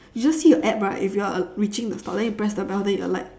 you just see your app right if you're reaching the stop then you press the bell then you alight